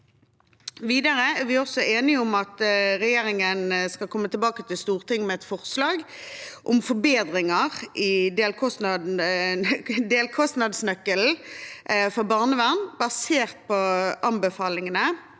er vi også enige om å be regjeringen komme tilbake til Stortinget med forslag om forbedringer i delkostnadsnøkkelen for barnevern, basert på anbefalingene